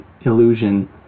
illusion